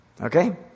Okay